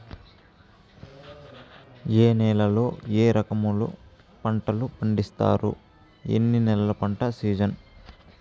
ఏ నేలల్లో ఏ రకము పంటలు పండిస్తారు, ఎన్ని నెలలు పంట సిజన్?